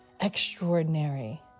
extraordinary